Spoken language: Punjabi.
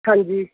ਹਾਂਜੀ